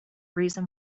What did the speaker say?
reason